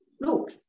look